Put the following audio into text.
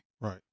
Right